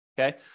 okay